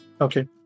Okay